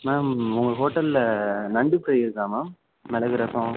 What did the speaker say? ma'am உங்கள் ஹோட்டலில் நண்டு ஃப்ரை இருக்கா மேம் மிளகு ரசம்